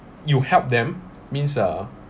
you help them means uh